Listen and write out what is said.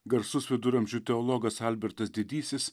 garsus viduramžių teologas albertas didysis